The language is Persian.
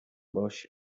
باشه